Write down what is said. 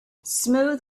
smooth